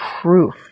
proof